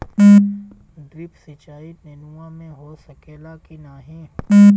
Drip सिंचाई नेनुआ में हो सकेला की नाही?